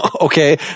Okay